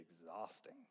exhausting